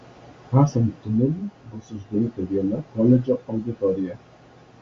kasant tunelį bus uždaryta viena koledžo auditorija